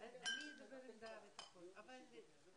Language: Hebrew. זה תואר ראשון שכולל את אוכלוסיית החיילים הבודדים.